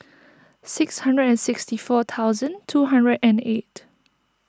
six hundred and sixty four thousand two hundred and eight